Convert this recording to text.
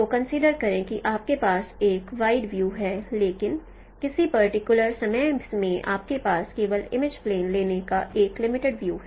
तो कंसीडर करें कि आपके पास एक वाइड व्यू है लेकिन किसी पर्टिकुलर समय में आपके पास केवल इमेज लेने का एक लिमिटेड व्यू है